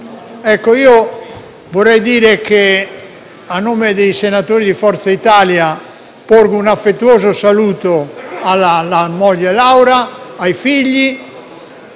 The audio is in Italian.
scrivere e di essere. A nome dei senatori di Forza Italia porgo un affettuoso saluto alla moglie Laura e ai figli.